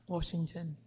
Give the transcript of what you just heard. Washington